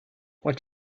what